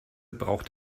braucht